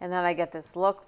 and that i get this look